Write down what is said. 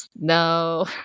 no